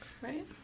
Right